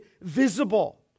visible